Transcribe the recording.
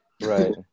Right